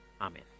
Amen